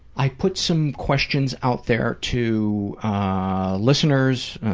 i put some questions out there to ah listeners,